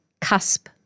cusp